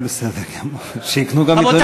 בסדר גמור, שיקנו גם עיתונים אחרים.